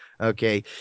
okay